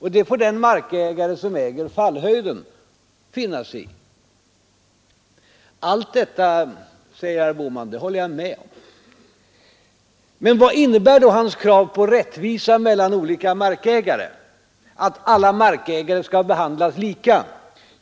Detta får den markägare som äger fallhöjden finna sig i. Allt detta håller jag med om, säger herr Bohman. Men vad innebär då hans krav på rättvisa mellan olika markägare, kravet att alla markägare skall behandlas lika?